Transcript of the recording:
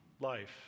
life